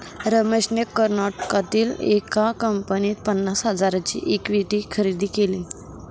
रमेशने कर्नाटकातील एका कंपनीत पन्नास हजारांची इक्विटी खरेदी केली